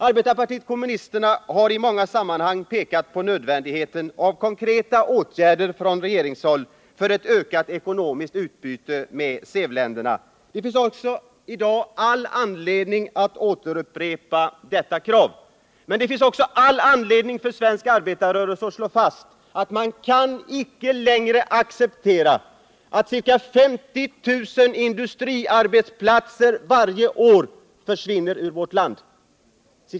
Arbetarpartiet kommunisterna har i många sammanhang pekat på nödvändigheten av konkreta åtgärder från regeringshåll för ett ökat ekonomiskt utbyte med SEV-länderna. Det finns i dag all anledning att återupprepa detta krav. Men det finns också all anledning för svensk arbetarrörelse att slå fast att man inte längre kan acceptera att ca 50 000 industriarbetsplatser varje år försvinner ur vårt land.